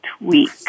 week